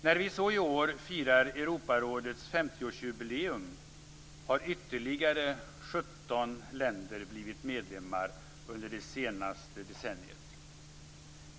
När vi så i år firar Europarådets 50-årsjubileum har ytterligare 17 länder blivit medlemmar under det senaste decenniet.